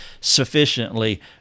sufficiently